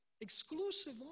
exclusive